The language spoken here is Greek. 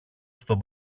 στον